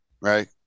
right